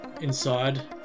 ...inside